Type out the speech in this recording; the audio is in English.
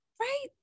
right